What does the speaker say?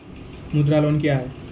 मुद्रा लोन क्या हैं?